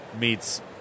meets